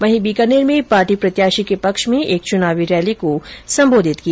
वहीं बीकानेर में पार्टी प्रत्याशी के पक्ष में एक चुनावी रैली को संबोधित किया